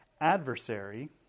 adversary